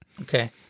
Okay